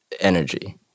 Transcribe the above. energy